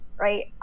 right